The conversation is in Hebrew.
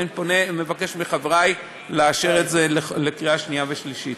אני פונה ומבקש מחברי לאשר את זה בקריאה שנייה ושלישית.